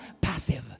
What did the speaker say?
passive